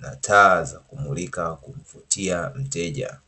na taa za kumulika kumvutia mteja.